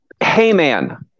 Heyman